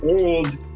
old